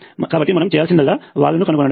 కాబట్టి మనం చేయాల్సిందల్లా వాలును కనుగొనడం